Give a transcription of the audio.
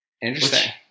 Interesting